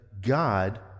God